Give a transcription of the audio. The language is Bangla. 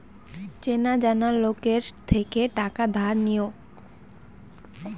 চেনা জানা লোকের থেকে টাকা ধার নিও